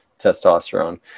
testosterone